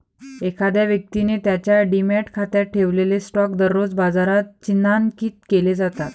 एखाद्या व्यक्तीने त्याच्या डिमॅट खात्यात ठेवलेले स्टॉक दररोज बाजारात चिन्हांकित केले जातात